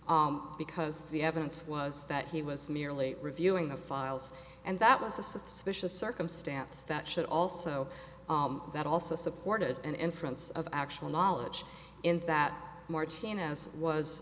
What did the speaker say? because the evidence was that he was merely reviewing the files and that was a suspicious circumstance that should also that also supported an inference of actual knowledge in that martinez was